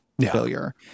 failure